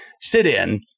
sit-in